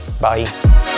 Bye